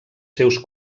seus